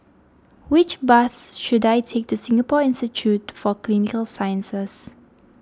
which bus should I take to Singapore Institute for Clinical Sciences